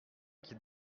qui